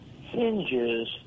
hinges